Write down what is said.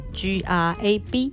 grab